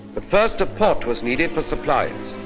but first, a port was needed for supplies.